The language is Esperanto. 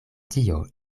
tio